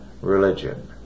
religion